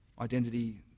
identity